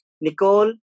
Nicole